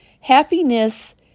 Happiness